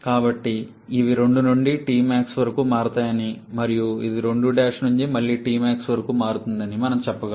కాబట్టి ఇవి 2 నుండి Tmax వరకు మారుతాయని మరియు ఇది 2 నుండి మళ్లీ Tmax వరకు మారుతుందని మనం చెప్పగలం